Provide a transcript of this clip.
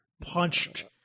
punched